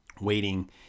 waiting